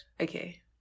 okay